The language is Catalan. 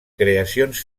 creacions